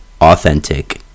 authentic